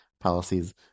policies